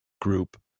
group